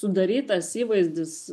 sudarytas įvaizdis